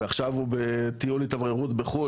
ועכשיו הוא בטיול התאווררות בחו"ל